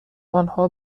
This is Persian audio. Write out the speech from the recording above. آنها